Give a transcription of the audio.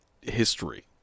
history